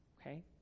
Okay